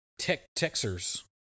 Texers